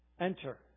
enter